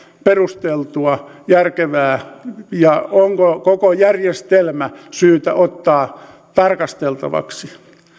perusteltua järkevää ja onko koko järjestelmä syytä ottaa tarkasteltavaksi